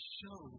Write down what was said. show